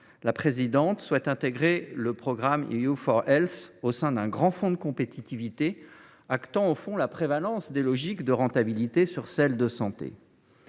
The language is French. la présidente souhaite intégrer le programme EU4Health au sein d’un grand fonds de compétitivité, actant la prévalence des logiques de rentabilité sur celles de santé.